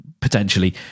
potentially